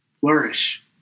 flourish